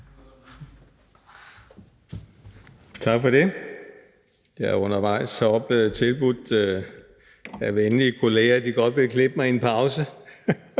Tak for det. Ja, undervejs blev jeg af venlige kolleger tilbudt, at de godt ville klippe mig i en pause;